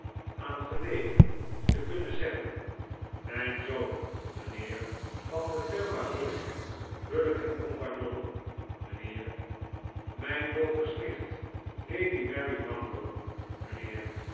aan gelegen te kunnen zeggen mijn zoon mijnheer van de firma hulker bullock co mijnheer mijn dochters nicht lady mary mango mijnheer